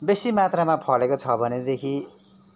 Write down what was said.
बेसी मात्रामा फलेको छ भनेदेखि